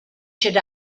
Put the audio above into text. should